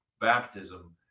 baptism